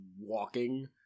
walking